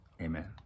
Amen